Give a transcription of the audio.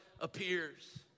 appears